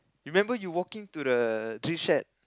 remember you walking to the tree shed